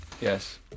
Yes